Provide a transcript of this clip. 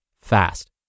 fast